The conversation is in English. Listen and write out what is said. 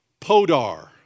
podar